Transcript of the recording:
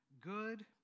good